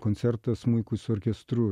koncertą smuikui su orkestru